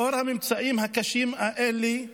לאור הממצאים הקשים האלה,